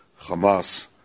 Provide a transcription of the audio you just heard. Hamas